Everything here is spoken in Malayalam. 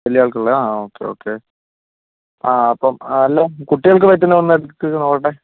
വല്യാൾക്കുള്ളതോ ആ ഓക്കേ ഓക്കേ ആ അപ്പോൾ അല്ല കുട്ടികൾക്ക് പറ്റുന്ന ഒന്നെടുക്ക് നോക്കട്ടെ